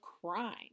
crime